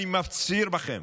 אני מפציר בכם: